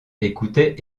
écoutait